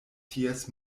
ties